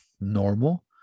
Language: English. normal